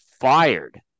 fired